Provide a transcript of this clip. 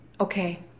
Okay